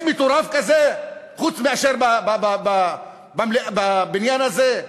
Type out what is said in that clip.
יש מטורף כזה, חוץ מאשר בבניין הזה?